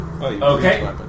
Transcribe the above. Okay